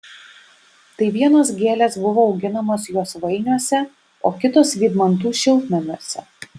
tai vienos gėlės buvo auginamos josvainiuose o kitos vydmantų šiltnamiuose